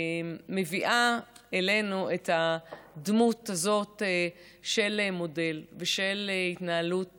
מביאה אלינו את הדמות הזאת של מודל ושל התנהלות